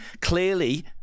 Clearly